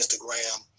instagram